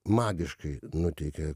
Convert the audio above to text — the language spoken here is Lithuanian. magiškai nuteikia